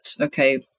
okay